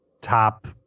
top